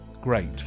great